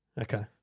Okay